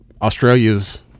Australia's